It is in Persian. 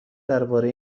درباره